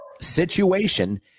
situation